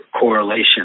correlation